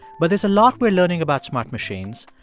but there's a lot we're learning about smart machines,